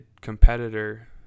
competitor